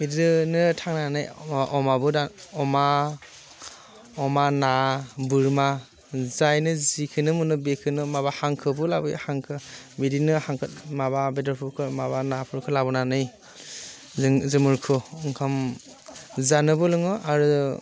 बिदिनो थांनानै अमाबो दान अमा अमा ना बोरमा जायनो जिखौनो मोनो बेखौनो माबा हांसोबो लाबोयो हांसो बिदिनो हांसो माबा बेदरफोरखौ माबा नाफोरखौ लाबोनानै लों ओंखाम जानोबो लोङो आरो